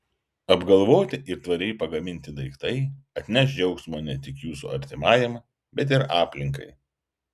apgalvoti ir tvariai pagaminti daiktai atneš džiaugsmo ne tik jūsų artimajam bet ir aplinkai